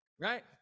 right